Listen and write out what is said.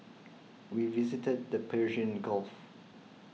we visited the Persian Gulf